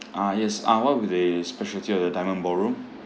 ah yes uh what are the specialty of your diamond ballroom